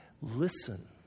listen